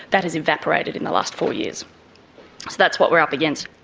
that has evaporated in the last four years. so that's what we're up against.